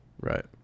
Right